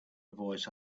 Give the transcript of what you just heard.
voice